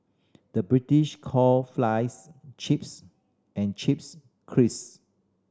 the British call flies chips and chips